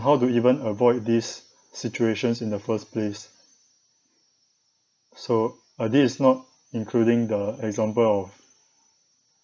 how to even avoid these situations in the first place so uh this is not including the example of